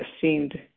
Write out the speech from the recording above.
seemed